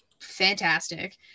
fantastic